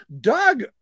Doug